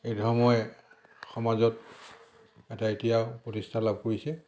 এই ধৰ্মই সমাজত এটা ইতিহাস প্ৰতিষ্ঠা লাভ কৰিছে